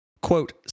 Quote